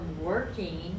working